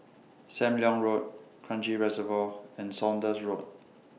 SAM Leong Road Kranji Reservoir and Saunders Road